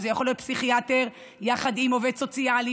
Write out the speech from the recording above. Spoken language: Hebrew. זה יכול להיות פסיכיאטר יחד עם עובד סוציאלי,